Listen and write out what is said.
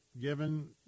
given